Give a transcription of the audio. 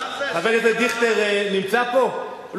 חבר הכנסת דיכטר נמצא פה?